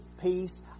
peace